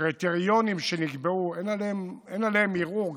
הקריטריונים שנקבעו, אין עליהם ערעור.